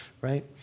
right